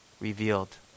revealed